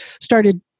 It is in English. started